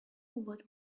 what